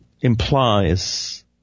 implies